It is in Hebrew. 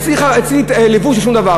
אצלי לבוש הוא שום דבר,